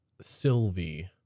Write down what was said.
sylvie